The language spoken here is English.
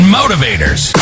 motivators